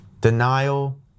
denial